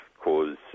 cause